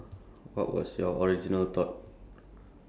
so I don't think it can come for free anytime soon